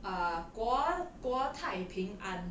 err 国国泰平安